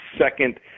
second